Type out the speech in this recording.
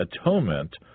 atonement